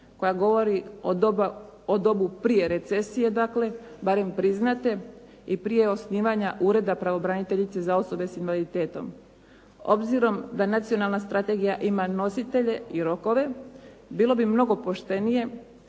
koja govori o dobu prije recesije dakle, barem priznate, i prije osnivanja ureda pravobraniteljice za osobe s invaliditetom. Obzirom da nacionalna strategija ima nositelje i rokove, bilo bi mnogo poštenije